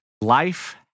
life